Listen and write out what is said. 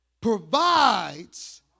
provides